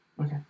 okay